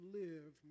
live